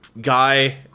guy